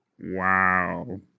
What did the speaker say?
Wow